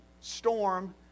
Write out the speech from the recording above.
storm